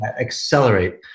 Accelerate